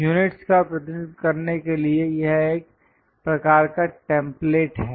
unit का प्रतिनिधित्व करने के लिए यह एक प्रकार का टेम्पलेट है